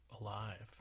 alive